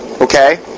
Okay